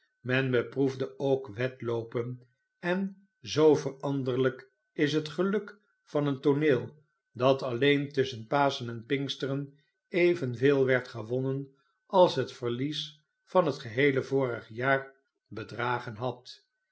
men beproefde ook wedloopen en z veranderlijk is het geluk van een tooneel dat alleen tusschen paschen en pinksteren evenveel werd gewonnen als het verlies van het geheele vorige jaar bedragen had